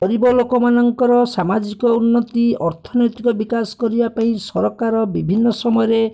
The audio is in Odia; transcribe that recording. ଗରିବ ଲୋକମାନଙ୍କର ସାମାଜିକ ଉନ୍ନତି ଅର୍ଥନୀତିକ ବିକାଶ କରିବା ପାଇଁ ସରକାର ବିଭିନ୍ନ ସମୟରେ